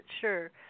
sure